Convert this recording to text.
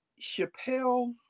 Chappelle